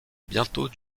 bientôt